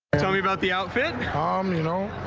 tell me about the ah um you know,